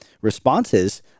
responses